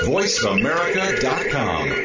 VoiceAmerica.com